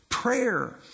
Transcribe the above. Prayer